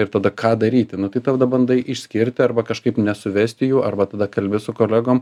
ir tada ką daryti nu tai tada bandai išskirti arba kažkaip nesuvesti jų arba tada kalbi su kolegom